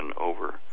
over